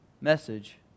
message